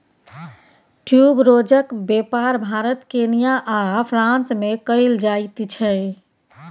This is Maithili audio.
ट्यूबरोजक बेपार भारत केन्या आ फ्रांस मे कएल जाइत छै